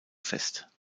fest